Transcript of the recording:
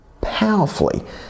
powerfully